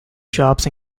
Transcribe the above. shops